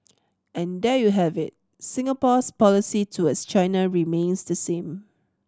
and there you have it Singapore's policy towards China remains the same